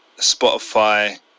Spotify